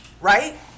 right